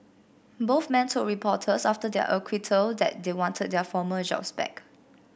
both men told reporters after their acquittal that they wanted their former jobs back